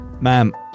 Ma'am